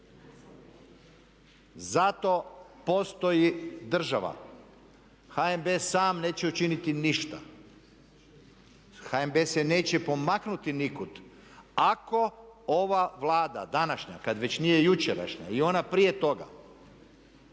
Zato postoji država. HNB sam neće učiniti ništa, HNB se neće pomaknuti nikud ako ova Vlada današnja kad već nije jučerašnja i ona prije toga